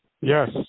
Yes